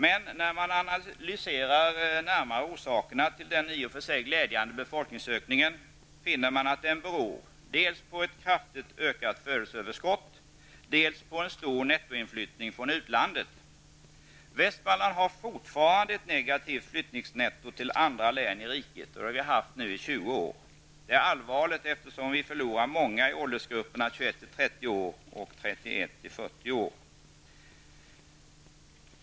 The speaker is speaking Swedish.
Men när man närmare analyserar orsakerna till denna i och för sig glädjande befolkningsökning finner man att den beror dels på ett kraftigt ökat födelseöverskott, dels på en stor nettoinflyttning från utlandet. Västmanland har fortfarande i jämförelse med andra län i riket ett negativt flyttningsnetto, och det har man haft i tjugo år. Det är allvarligt, eftersom vi förlorar många i åldersgrupperna 21--30 år och 31--40 år.